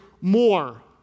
more